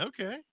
Okay